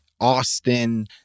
Austin